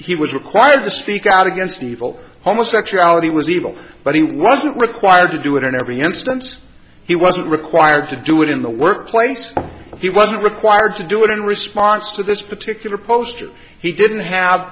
he was required to speak out against evil homosexuality was evil but he wasn't required to do it in every instance he wasn't required to do it in the workplace but he wasn't required to do it in response to this particular poster he didn't have